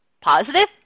Positive